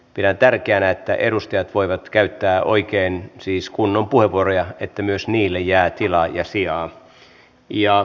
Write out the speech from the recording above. pidän tärkeänä että edustajat voivat käyttää oikein siis kunnon puheenvuoroja että myös niille jää tilaa ja sijaa